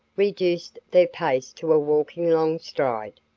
reduced their pace to a walking long stride.